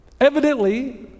Evidently